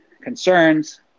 concerns